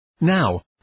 Now